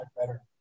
better